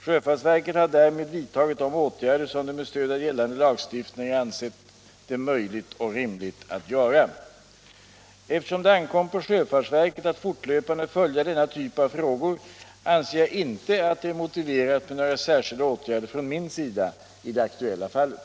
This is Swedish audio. Sjöfartsverket har därmed vidtagit de åtgärder som det med stöd av gällande lagstiftning har ansett det möjligt och rimligt att göra. Eftersom det ankommer på sjöfartsverket att fortlöpande följa denna typ av frågor anser jag inte att det är motiverat med några särskilda åtgärder från min sida i det aktuella fallet.